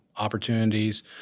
opportunities